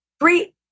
three